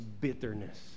bitterness